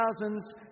thousands